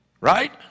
Right